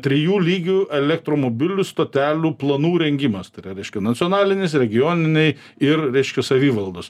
trijų lygių elektromobilių stotelių planų rengimas tai yra reiškia nacionalinis regioniniai ir reiškia savivaldos